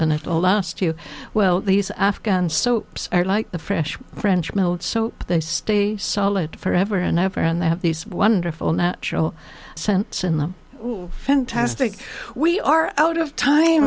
and it all asked you well these afghan so are like the french french mill so they stay solid forever and ever and they have these wonderful natural sense in them fantastic we are out of time